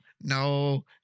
no